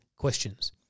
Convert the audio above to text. questions